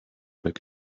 back